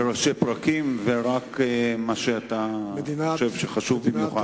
בראשי פרקים, ורק מה שנראה לך חשוב במיוחד.